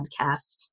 podcast